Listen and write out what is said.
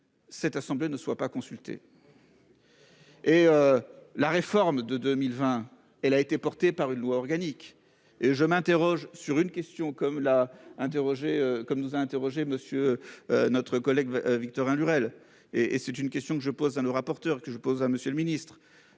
Cette assemblée ne soient pas consultés. Et. La réforme de 2020, elle a été portée par une loi organique et je m'interroge sur une question comme l'a interrogé comme nous a interrogé Monsieur. Notre collègue Victorin Lurel et et c'est une question que je pose à nos rapporteurs que je pose à Monsieur le Ministre,